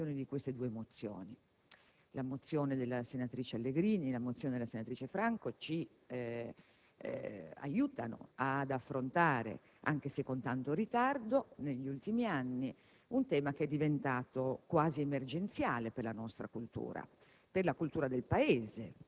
grazie alla presentazione di queste due mozioni. La mozione della senatrice Allegrini e quella della senatrice Franco ci aiutano ad affrontare, sia pure con tanto ritardo, un tema che è diventato quasi emergenziale per la nostra cultura,